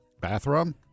Bathroom